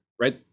right